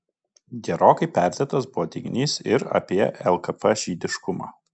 gerokai perdėtas buvo teiginys ir apie lkp žydiškumą